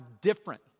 different